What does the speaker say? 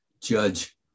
Judge